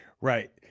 Right